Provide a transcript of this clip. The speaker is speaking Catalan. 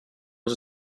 les